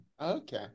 okay